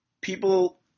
People